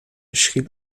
schrieb